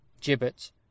Gibbet